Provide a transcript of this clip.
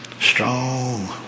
strong